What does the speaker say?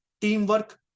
teamwork